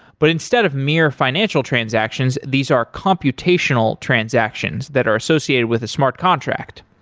but instead of mere financial transactions, these are computational transactions that are associated with a smart contract.